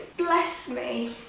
bless me!